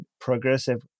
progressive